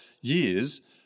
years